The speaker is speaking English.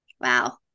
Wow